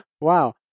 Wow